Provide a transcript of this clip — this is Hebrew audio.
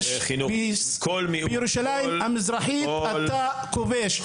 בירושלים המזרחית אתה כובש.